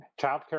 childcare